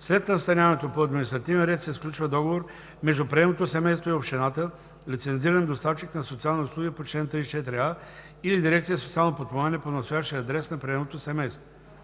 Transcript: „След настаняването по административен ред се сключва договор между приемното семейство и общината, лицензиран доставчик на социални услуги по чл. 34а или дирекция „Социално подпомагане“ по настоящия адрес на приемното семейство.“